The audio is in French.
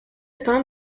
pain